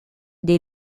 des